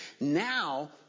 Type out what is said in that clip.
Now